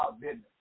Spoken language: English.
business